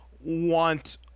want